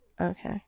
Okay